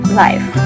life